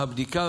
הבדיקה,